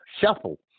shuffle